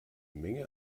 menge